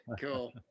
Cool